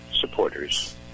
supporters